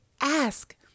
Ask